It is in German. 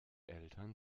eltern